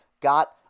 got